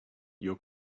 your